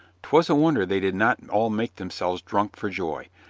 twas a wonder they did not all make themselves drunk for joy.